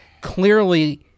clearly